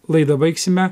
laidą baigsime